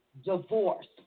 divorce